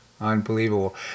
Unbelievable